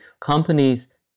Companies